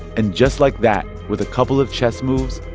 and just like that, with a couple of chess moves,